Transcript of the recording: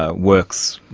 ah works,